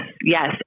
Yes